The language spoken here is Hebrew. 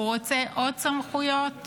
הוא רוצה עוד סמכויות